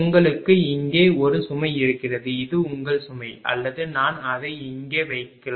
உங்களுக்கு இங்கே ஒரு சுமை இருக்கிறது இது உங்கள் சுமை அல்லது நான் அதை இங்கே வைக்கலாம்